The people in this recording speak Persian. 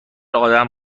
ادم